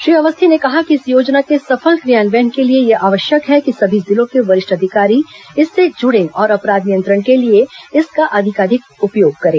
श्री अवस्थी ने कहा कि इस योजना के सफल क्रियान्वयन के लिए यह आवश्यक है कि सभी जिलों के वरिष्ठ अधिकारी इससे जुड़े और अपराध नियंत्रण के लिए इसका अधिकाधिक उपयोग करें